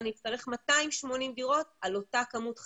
אני אצטרך 280 דירות על אותה כמות חיילים.